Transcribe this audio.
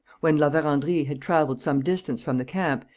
when la verendrye had travelled some distance from the camp,